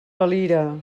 valira